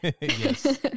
Yes